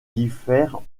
diffère